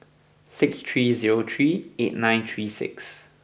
six three zero three eight nine three six